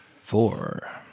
Four